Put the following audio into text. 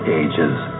ages